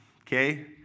okay